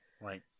right